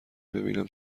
ببینیم